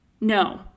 No